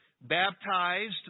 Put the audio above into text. baptized